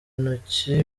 intoki